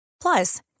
Plus